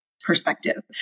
perspective